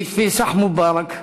עיד פסְח מובארק,